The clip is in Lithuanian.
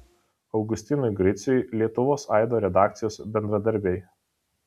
augustinui griciui lietuvos aido redakcijos bendradarbiai